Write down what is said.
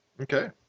Okay